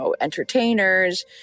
entertainers